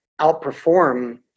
outperform